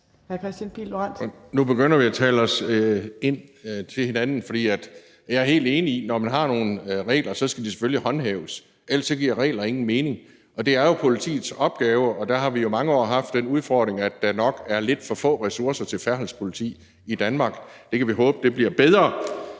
(V): Nu begynder vi at tale os ind til hinanden, for jeg er helt enig i, at når man har nogle regler, så skal de selvfølgelig håndhæves, ellers giver regler ingen mening. Det er jo politiets opgave. Der har vi jo i mange år haft den udfordring, at der nok er lidt for få ressourcer til færdselspoliti i Danmark. Det kan vi håbe bliver bedre.